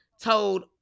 told